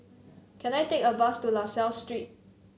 can I take a bus to La Salle Street